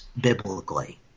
biblically